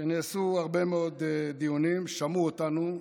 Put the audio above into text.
שנעשו בו הרבה מאוד דיונים, שמעו אותנו,